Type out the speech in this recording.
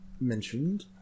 mentioned